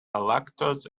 lactase